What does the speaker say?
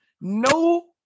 no